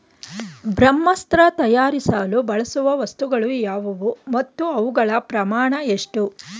ಬ್ರಹ್ಮಾಸ್ತ್ರ ತಯಾರಿಸಲು ಬಳಸುವ ವಸ್ತುಗಳು ಯಾವುವು ಮತ್ತು ಅವುಗಳ ಪ್ರಮಾಣ ಎಷ್ಟು?